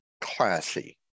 classy